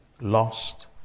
lost